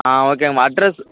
ஆ ஓகேம்மா அட்ரெஸு